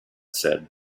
said